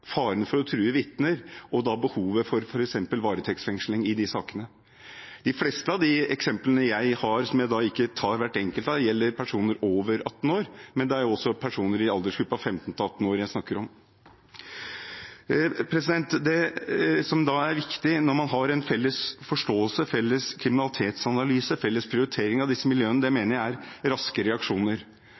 de sakene. De fleste av de eksemplene jeg har – som jeg ikke tar hvert enkelt av – gjelder personer over 18 år, men det er også personer i aldersgruppen 15–18 år jeg snakker om. Det som er viktig når man har en felles forståelse, felles kriminalitetsanalyse, felles prioritering av disse miljøene, mener jeg er raske reaksjoner.